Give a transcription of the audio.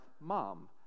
mom